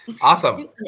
awesome